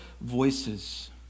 voices